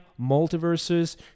multiverses